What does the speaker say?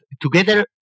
together